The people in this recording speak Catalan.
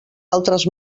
altres